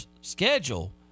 schedule